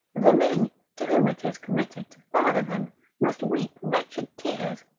the men to whom it is committed to father them must weep wretched tears,